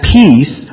peace